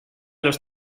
los